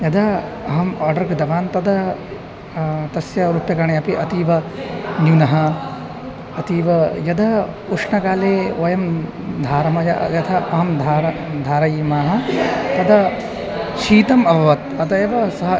यदा अहम् आर्डर् कृतवान् तदा तस्य रूप्यकाणि अपि अतीव न्यूनम् अतीव यदा उष्णकाले वयं धारमय यथा अहं धार धारयामः तदा शीतम् अभवत् अतः एव सः